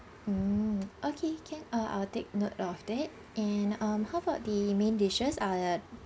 mm okay can uh I'll take note of that and um how about the main dishes are